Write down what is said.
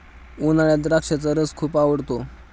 उन्हाळ्यात द्राक्षाचा रस खूप आवडतो